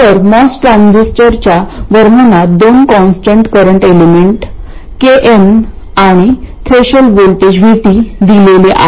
तर मॉस ट्रान्झिस्टरच्या वर्णनात दोन कॉन्स्टंट करंट एलेमेंट Kn आणि थ्रेशोल्ड व्होल्टेज VT दिलेले आहेत